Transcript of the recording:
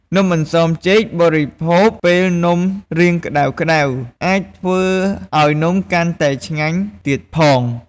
នំអន្សមចេកបរិភោគពេលនំរៀងក្ដៅៗអាចធ្វើឱ្យនំកាន់តែឆ្ងាញ់ទៀតផង។